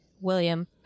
William